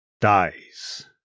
dies